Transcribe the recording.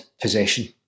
possession